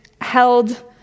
held